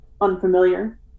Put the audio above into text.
unfamiliar